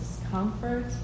discomfort